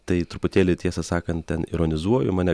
tai truputėlį tiesą sakant ten ironizuoju mane